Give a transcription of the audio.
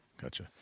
Gotcha